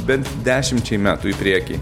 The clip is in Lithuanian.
bent dešimčiai metų į priekį